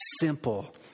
simple